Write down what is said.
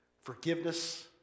Forgiveness